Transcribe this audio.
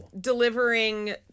delivering